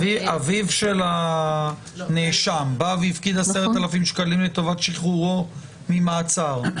אביו של הנאשם בא והפקיד 10,000 שקלים לטובת שחרורו ממעצר.